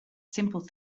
simple